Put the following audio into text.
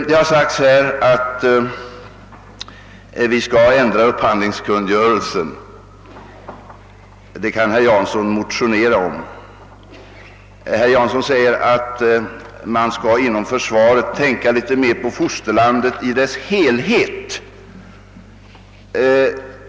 Här har det sagts att vi bör ändra upphandlingskungörelsen. Detta kan herr Jansson givetvis motionera om. — Herr Jansson säger att man inom försvaret något mera skall tänka på fosterlandet i dess helhet.